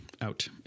Out